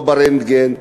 לא ברנטגן,